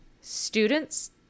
Students